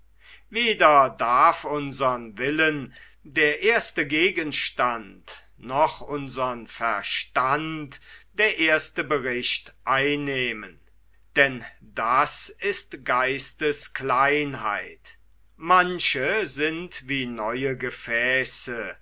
weder darf unsern willen der erste gegenstand noch unsern verstand der erste bericht einnehmen denn das ist geisteskleinheit manche sind wie neue gefäße